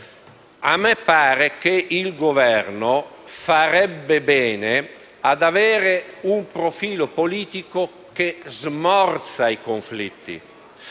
A me pare che il Governo farebbe bene ad avere un profilo politico che smorzi i conflitti